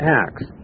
acts